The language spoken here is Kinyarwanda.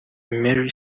mary